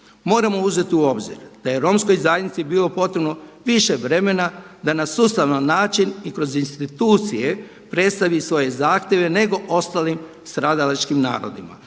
Moramo uzeti u obzir da je Romskoj zajednici bilo potrebno više vremena da na sustavan način i kroz institucije predstavi svoje zahtjeve nego ostalim stradalačkim narodima.